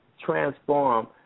transform